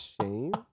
shame